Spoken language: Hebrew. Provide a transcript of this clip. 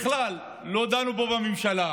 בכלל לא דנו בו בממשלה,